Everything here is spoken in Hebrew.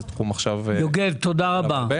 יש מגמה שאני מזהה אותה - לנהל ויכוחים על החרדים.